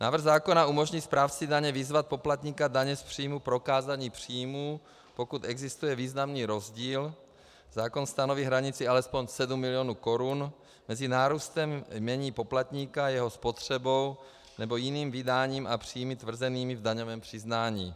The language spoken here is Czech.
Návrh zákona umožní správci daně vyzvat poplatníka daně z příjmu k prokázání příjmů, pokud existuje významný rozdíl, zákon stanoví hranici alespoň 7 mil. korun, mezi nárůstem jmění poplatníka a jeho spotřebou nebo jiným vydáním a příjmy tvrzenými v daňovém přiznání.